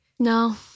No